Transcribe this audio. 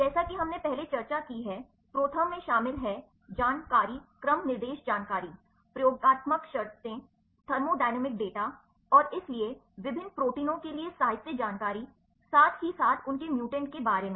जैसा कि हमने पहले चर्चा की है ProTherm में शामिल हे जानकारी क्रम निर्देश जानकारी प्रयोगात्मक शर्तों थर्मोडायनेमिक डेटा और इसलिए विभिन्न प्रोटीनों के लिए साहित्य जानकारी साथ ही साथ उनके म्यूटेंट के बारे में